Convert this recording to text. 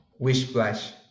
Wishplash